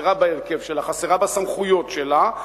חסרה בהרכב שלה, חסרה בסמכויות שלה,